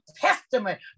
Testament